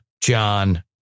John